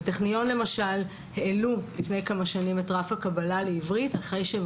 בטכניון העלו לפני כמה שנים את רף הקבלה לעברית אחרי שהם